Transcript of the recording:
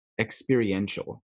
experiential